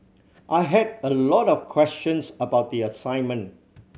I had a lot of questions about the assignment